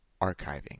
Archiving